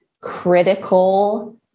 critical